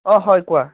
অঁ হয় কোৱা